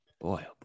Boy